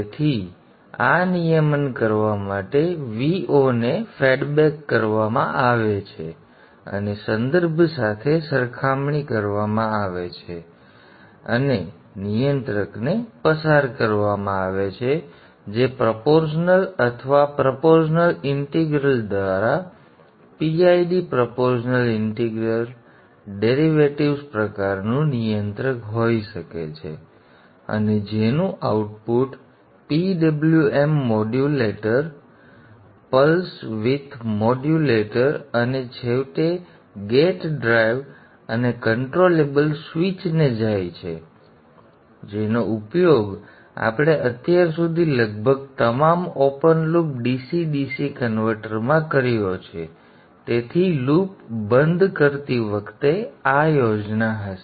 તેથી આ નિયમન કરવા માટે Vo ને ફેડ બૅક કરવામાં આવે છે અને સંદર્ભ સાથે સરખામણી કરવામાં આવે છે અને નિયંત્રકને પસાર કરવામાં આવે છે જે પ્રોપોર્શનલ અથવા પ્રોપોર્શનલ ઇંટીગ્રલ અથવા PID પ્રોપોર્શનલ ઇન્ટિગ્રલ ડેરિવેટિવ્સ પ્રકારનું નિયંત્રક હોઈ શકે છે અને જેનું output PWM modulator pulse width modulator અને છેવટે ગેટ ડ્રાઇવ અને કન્ટ્રોલેબલ સ્વીચ ને જાય છે જેનો ઉપયોગ આપણે અત્યાર સુધી લગભગ તમામ ઓપન લૂપ DC DC કન્વર્ટરમાં કર્યો છે તેથી લૂપ બંધ કરતી વખતે આ યોજના હશે